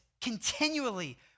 continually